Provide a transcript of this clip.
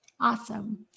Awesome